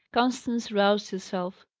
constance roused herself.